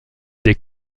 des